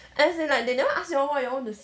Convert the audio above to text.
as in like they never ask you all what you all want to